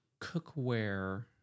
cookware